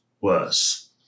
worse